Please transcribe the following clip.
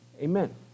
amen